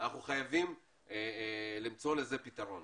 אני חושב שלא מדובר כאן בסכומים מטורפים עבור המדינה,